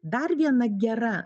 dar viena gera